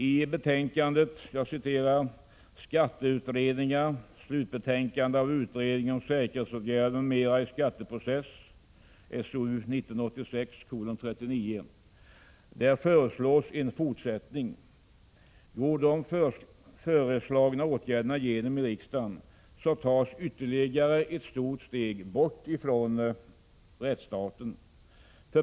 I betänkandet ”Skatteutredningar — Slutbetänkande av utredningen om säkerhetsåtgärder m.m. i skatteprocess” föreslås en fortsättning. Går de föreslagna åtgärderna igenom i riksdagen, tas ytterligare ett stort steg bort från rättsstaten.